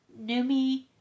Numi